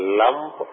lump